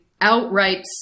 outright